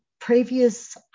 previous